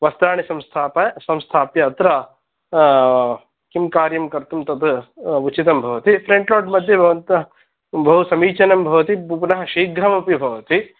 वस्त्राणि संस्थाप संस्थाप्य अत्र किं कार्यं कर्तुं तत् उचितं भवति फ्रण्ट् लोड् मध्ये भवन्तः बहु समीचीनं भवति पुनः शीघ्रमपि भवति